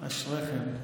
אשריכם.